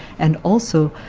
and also